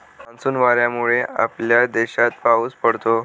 monsoon वाऱ्यांमुळे आपल्या देशात पाऊस पडतो